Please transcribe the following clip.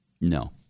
No